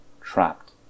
trapped